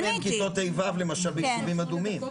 כמה מהם כיתות ה'-ו' למשל בישובים אדומים?